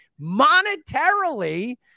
monetarily